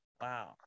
Wow